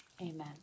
Amen